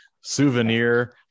souvenir